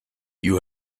you